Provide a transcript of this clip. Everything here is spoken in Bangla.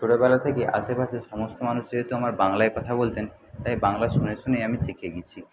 ছোটোবেলা থেকে আশেপাশের সমস্ত মানুষ যেহেতু আমার বাংলায় কথা বলতেন তাই বাংলা শুনে শুনে আমি শিখে গেছি